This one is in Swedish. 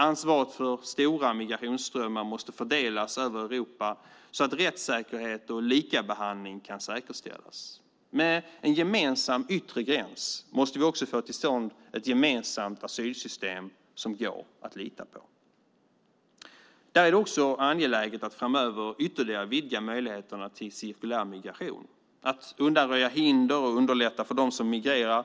Ansvaret för stora migrationsströmmar måste fördelas över Europa så att rättssäkerhet och likabehandling kan säkerställas. Med en gemensam yttre gräns måste vi få till stånd ett gemensamt asylsystem som går att lita på. Det är också angeläget att framöver ytterligare vidga möjligheterna till cirkulär migration, att undanröja hinder och underlätta för dem som migrerar.